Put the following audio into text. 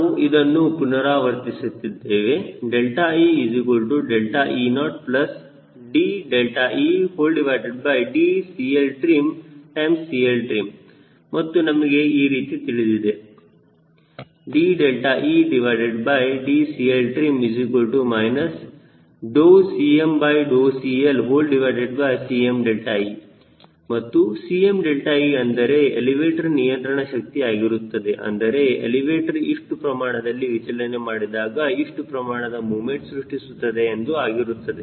ನಾವು ಇದನ್ನು ಪುನರಾವರ್ತಿಸಿ ದ್ದೇವೆ ee0dedCLtrimCLtrim ಮತ್ತು ನಮಗೆ ಈ ರೀತಿ ತಿಳಿಸಿದೆ dedCLtrim CmCLCme ಮತ್ತು Cme ಅಂದರೆ ಎಲಿವೇಟರ್ ನಿಯಂತ್ರಣ ಶಕ್ತಿ ಆಗಿರುತ್ತದೆ ಅಂದರೆ ಎಲಿವೇಟರ್ ಇಷ್ಟು ಪ್ರಮಾಣದಲ್ಲಿ ವಿಚಲನೆ ಮಾಡಿದಾಗ ಎಷ್ಟು ಪ್ರಮಾಣದ ಮುಮೆಂಟ್ ಸೃಷ್ಟಿಸುತ್ತದೆ ಎಂದು ಆಗಿರುತ್ತದೆ